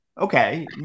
okay